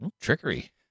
Trickery